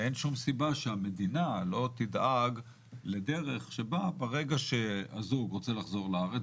אין שום סיבה שהמדינה לא תדאג לדרך שבה ברגע שהזוג רוצה לחזור לארץ,